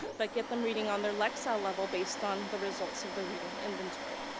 but get them reading on their lexile level based on the results of the reading inventory.